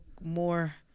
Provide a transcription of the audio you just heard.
more